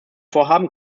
vorhaben